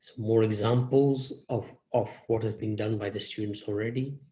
more examples of of what had been done by the students already.